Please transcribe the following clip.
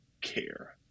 care